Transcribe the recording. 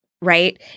Right